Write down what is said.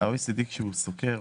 כשה-OECD סוקר,